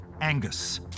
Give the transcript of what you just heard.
Angus